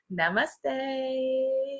Namaste